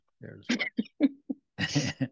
there's-